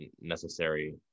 necessary